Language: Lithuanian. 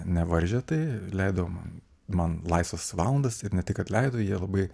nevaržė tai leido man man laisvas valandas ir ne tik atleido jie labai